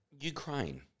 Ukraine